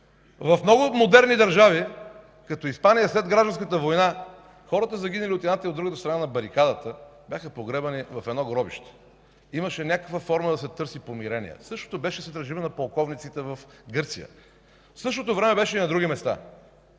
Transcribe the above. В много модерни държави като Испания, след Гражданската война хората, загинали от едната и от другата страна на барикадата, бяха погребани в едно гробище. Търсеше се някаква форма на помирение. Същото беше и с Режима на полковниците в Гърция. Същото беше и на други места.